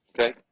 okay